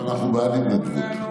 אנחנו בעד התנדבות.